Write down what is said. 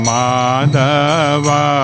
Madhava